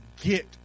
get